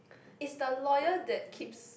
is the lawyer that keeps